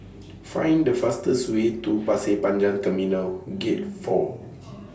Find The fastest Way to Pasir Panjang Terminal Gate four